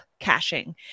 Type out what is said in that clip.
caching